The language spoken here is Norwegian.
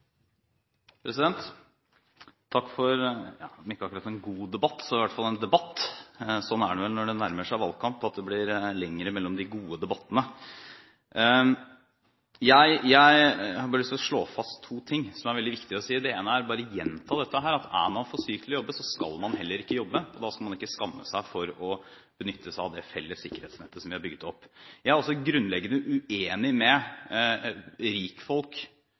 kommer. Takk for en om ikke akkurat god debatt, så i hvert fall en debatt! Slik er det vel når det nærmer seg valgkamp, at det blir lenger mellom de gode debattene. Jeg har bare lyst til å slå fast to ting, som er veldig viktig å si. Det ene er – og det vil jeg bare gjenta – at er man for syk til å jobbe, skal man heller ikke jobbe, og da skal man ikke skamme seg over å benytte seg av det felles sikkerhetsnettet som vi har bygget opp. Jeg er også grunnleggende uenig med rikfolk